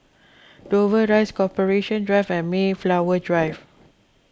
Dover Rise Corporation Drive and Mayflower Drive